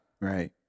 Right